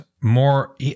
more